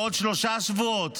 בעוד שלושה שבועות